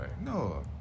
No